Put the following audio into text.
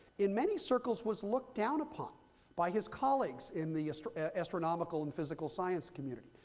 in many circles was looked down upon by his colleagues in the so astronomical and physical science community.